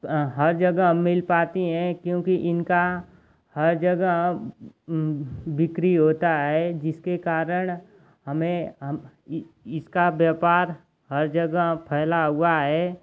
हर जगह मिल पाती हैं क्योंकि इनकी हर जगह बिक्री होती है जिसके कारण हमें इस इसका व्यापार हर जगह फैला हुआ है